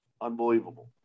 Unbelievable